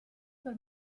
per